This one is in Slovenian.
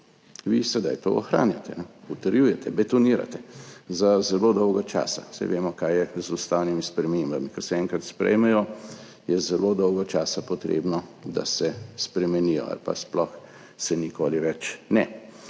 Vi sedaj to ohranjate, potrjujete, betonirate za zelo dolgo časa. Saj vemo, kaj je z ustavnimi spremembami – ko se enkrat sprejmejo, je zelo dolgo časa potrebno, da se spremenijo, ali pa se sploh nikoli več ne.